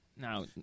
Now